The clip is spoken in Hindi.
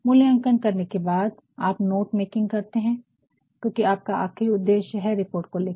मूल्यांकन करने के बाद आप नोट मेकिंग करते हैं क्योंकि आपका आख़िरी उद्देश्य है रिपोर्ट को लिखना